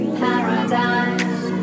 paradise